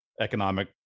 economic